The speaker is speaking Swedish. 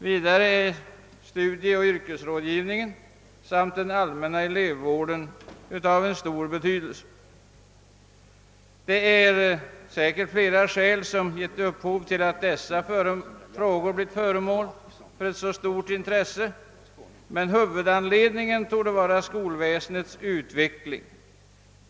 Vidare är studieoch yrkesrådgivningen samt den allmänna elevvården av stor betydelse. Det är säkert flera skäl som givit upphov till att dessa frågor blivit föremål för så stort intresse, men huvudanledningen torde vara skolväsendets utveckling.